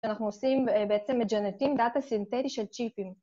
שאנחנו עושים בעצם מג'נרטים דאטה סינתטי של צ'יפים.